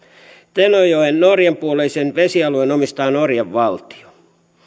tenojoen norjan puoleisen vesialueen omistaa norjan valtio